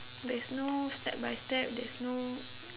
there's no step by step there's no